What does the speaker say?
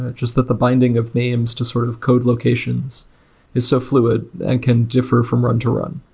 just that the binding of names to sort of code locations is so fluid and can differ from run-to-run.